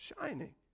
shining